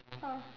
ah